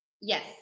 yes